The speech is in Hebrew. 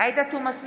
עאידה תומא סלימאן,